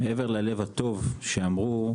מעבר ללב הטוב שאמרו,